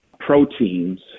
proteins